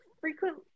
frequent